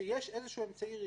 שיש אמצעי ריכוך,